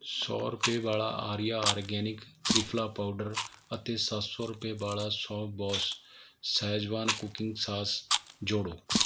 ਸੌ ਰੁਪਏ ਵਾਲਾ ਆਰੀਆ ਆਰਗੈਨਿਕ ਤ੍ਰਿਫਲਾ ਪਾਊਡਰ ਅਤੇ ਸੱਤ ਸੌ ਰੁਪਏ ਵਾਲਾ ਸ਼ੌਫਬੌਸ ਸ਼ੈਜ਼ਵਾਨ ਕੁਕਿੰਗ ਸਾਸ ਜੋੜੋ